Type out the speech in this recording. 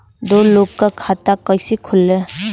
दो लोगक खाता कइसे खुल्ला?